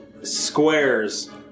squares